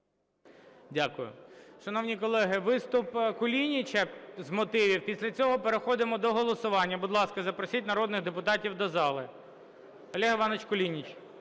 Дякую. Шановні колеги! Виступ Кулініча з мотивів. Після цього переходимо до голосування. Будь ласка, запросіть народних депутатів до зали. Олег Іванович Кулініч.